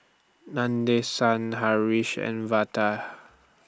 Nadesan Haresh and